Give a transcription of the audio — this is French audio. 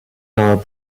arrière